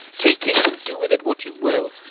take it, and do with it what you will.